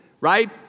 right